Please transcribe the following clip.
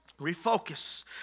Refocus